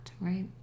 right